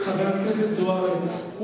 חברת הכנסת זוארץ,